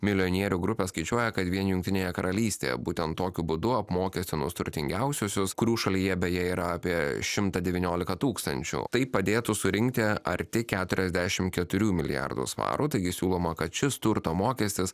milijonierių grupė skaičiuoja kad vien jungtinėje karalystėje būtent tokiu būdu apmokestinus turtingiausiuosius kurių šalyje beje yra apie šimtą devyniolika tūkstančių tai padėtų surinkti arti keturiasdešim keturių milijardų svarų taigi siūloma kad šis turto mokestis